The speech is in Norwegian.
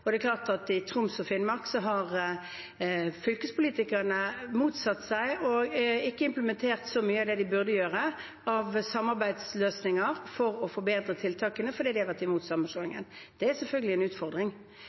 og det er klart at i Troms og Finnmark har fylkespolitikerne motsatt seg og ikke implementert så mye av det de burde gjøre av samarbeidsløsninger for å forbedre tiltakene, fordi de har vært imot sammenslåingen. Det er selvfølgelig en utfordring.